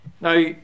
now